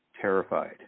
terrified